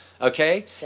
okay